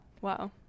Wow